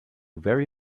very